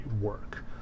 work